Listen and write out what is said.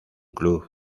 club